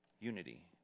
unity